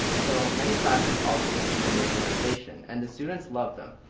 so many classrooms also received the major renovation and the students love them.